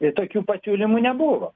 ir tokių pasiūlymų nebuvo